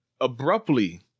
abruptly